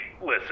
listen